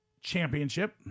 championship